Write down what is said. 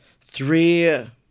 three